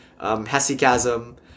hesychasm